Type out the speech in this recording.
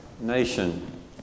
nation